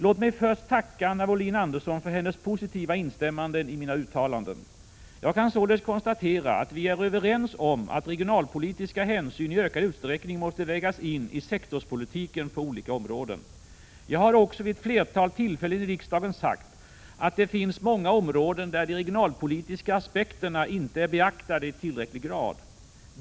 Låt mig först tacka Anna Wohlin-Andersson för hennes positiva instämmande i mina uttalanden. Jag kan således konstatera att vi är överens om att regionalpolitiska hänsyn i ökad utsträckning måste vägas in i sektorspolitiken på olika områden. Jag har också vid ett flertal tillfällen i riksdagen sagt att det finns många områden där de regionalpolitiska aspekterna inte är beaktade i tillräcklig grad.